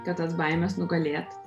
kad tas baimes nugalėt